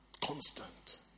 constant